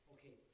Okay